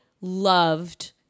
loved